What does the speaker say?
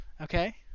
Okay